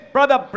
Brother